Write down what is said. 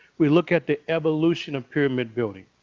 we look at the evolution of pyramid building.